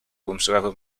whomsoever